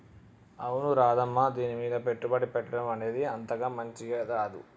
అవును రాధమ్మ దీనిమీద పెట్టుబడి పెట్టడం అనేది అంతగా మంచిది కాదు